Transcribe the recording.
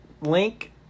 Link